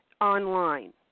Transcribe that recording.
online